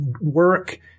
work